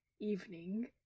evening